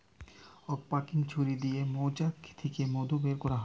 uncapping ছুরি দিয়ে মৌচাক থিকে মধু বের কোরা হয়